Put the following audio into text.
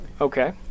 Okay